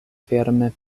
firme